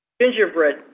Gingerbread